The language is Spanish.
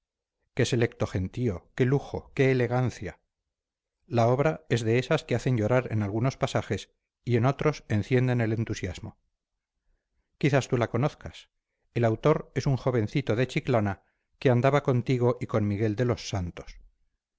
noche qué selecto gentío qué lujo qué elegancia la obra es de esas que hacen llorar en algunos pasajes y en otros encienden el entusiasmo quizás tú la conozcas el autor es un jovencito de chiclana que andaba contigo y con miguel de los santos